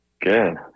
Good